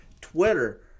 Twitter